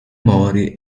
mori